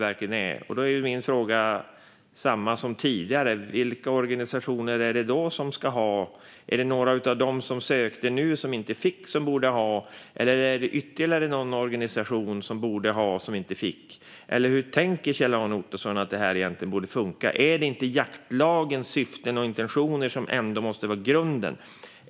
Därför har jag samma fråga som tidigare: Vilka organisationer är det då som ska få bidrag? Är det några av dem som sökte nu men som inte fick som borde få det? Är det ytterligare någon organisation som borde få men som inte fick? Eller hur tänker Kjell-Arne Ottosson att det här borde funka? Är det inte jaktlagens syften och intentioner som måste vara grunden?